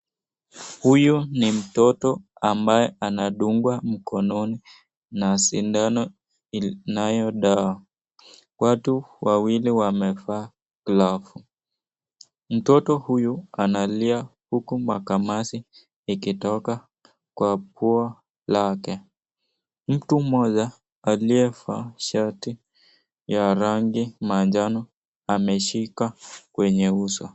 Huyo ni mtoto ambaye anadungwa mkononi na sindano inayo dawa. Watu wawili wamevaa glove . Mtoto huyu analia huku makamasi ikitoka kwa pua lake. Mtu mmoja aliyevaa shati ya rangi manjano ameshika kwenye uso.